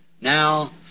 Now